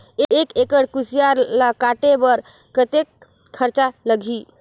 एक एकड़ कुसियार ल काटे बर कतेक खरचा लगही?